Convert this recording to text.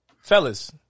Fellas